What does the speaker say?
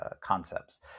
concepts